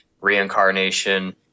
reincarnation